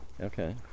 okay